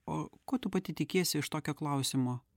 o ko tu pati tikiesi iš tokio klausimo